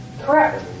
correct